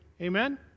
Amen